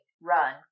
run